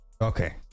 Okay